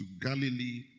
Galilee